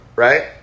Right